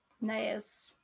Nice